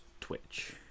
twitch